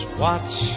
watch